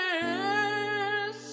yes